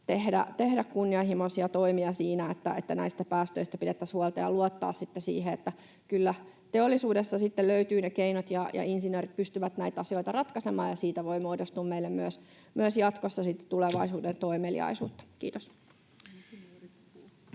tehdä kunnianhimoisia toimia siinä, että näistä päästöistä pidettäisiin huolta, ja luottaa sitten siihen, että kyllä teollisuudessa sitten löytyvät ne keinot ja insinöörit pystyvät näitä asioita ratkaisemaan ja siitä voi muodostua meille myös jatkossa sitten tulevaisuuden toimeliaisuutta. — Kiitos.